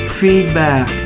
feedback